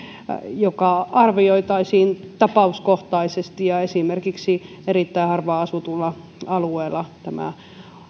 joka arvioitaisiin tapauskohtaisesti ja esimerkiksi erittäin harvaan asutulla alueella tämä